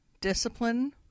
Discipline